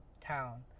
town